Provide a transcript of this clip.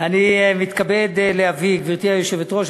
גברתי היושבת-ראש,